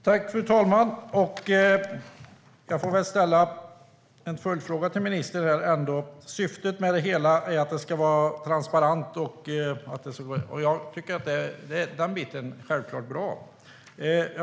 Fru talman! Jag får väl ställa en följdfråga till ministern. Syftet är att det ska vara transparent, säger ministern. Den biten är självklart bra.